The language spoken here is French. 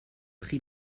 pris